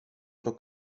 pro